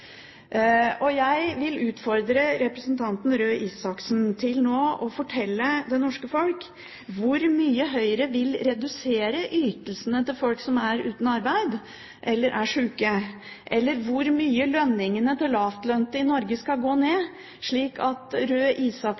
arbeidslinja. Jeg vil utfordre representanten Røe Isaksen til nå å fortelle det norske folk hvor mye Høyre vil redusere ytelsene til folk som er uten arbeid eller er syke, eller hvor mye lønningene til lavtlønte i Norge skal gå ned for at